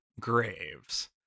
Graves